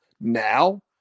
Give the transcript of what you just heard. now